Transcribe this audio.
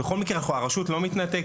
בכל מקרה הרשות לא מתנתקת,